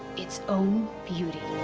its own beauty